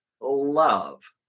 love